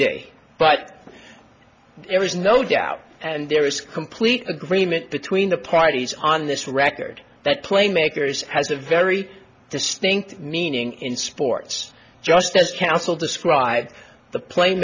day but there is no doubt and there is complete agreement between the parties on this record that playmakers has a very distinct meaning in sports just as council described the pla